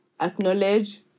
acknowledge